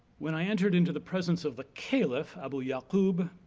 when i entered into the presence of the caliph abu ya'qub,